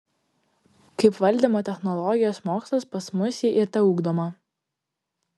kaip valdymo technologijos mokslas pas mus ji ir teugdoma